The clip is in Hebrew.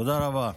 תודה רבה.